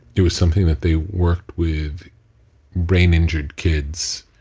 it was something that they worked with brain injured kids.